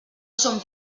són